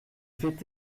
fait